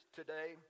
today